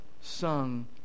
sung